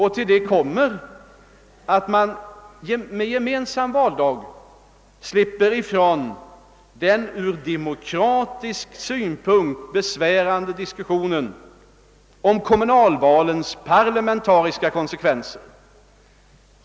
Härtill kommer att man vid gemensam valdag slipper ifrån den från demokratisk synpunkt besvärande diskussionen om kommunalvalens parlamentariska konsekvenser.